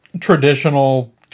traditional